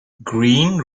green